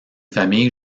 famille